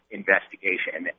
investigation